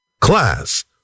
Class